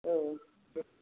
औ दे